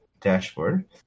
dashboard